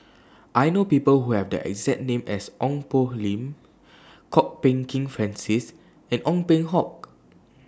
I know People Who Have The exact name as Ong Poh Lim Kwok Peng Kin Francis and Ong Peng Hock